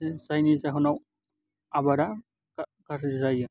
जायनि जाहोनाव आबादा गाज्रि जायो